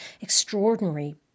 extraordinary